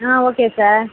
ah okay sir